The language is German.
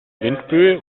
windböe